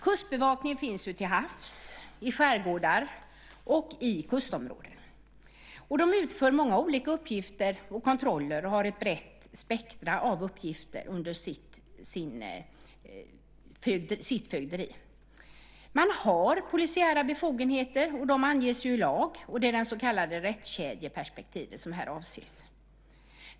Kustbevakningen finns ju till havs i skärgårdar och i kustområden. De utför många olika uppgifter och kontroller och har ett brett spektrum av uppgifter under sitt fögderi. Man har polisiära befogenheter. De anges i lag. Det är det så kallade rättskedjeperspektivet som här avses.